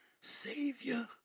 Savior